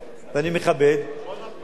ואני מכבד, לא נתנו לו.